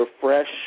fresh